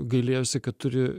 gailėjosi kad turi